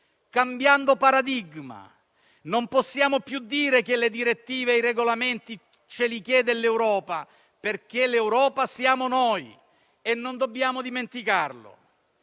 cambiando paradigma. Non possiamo più dire che le direttive e i regolamenti ce li chiede l'Europa, perché l'Europa siamo noi, e non dobbiamo dimenticarlo.